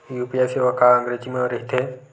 UPI सेवा का अंग्रेजी मा रहीथे?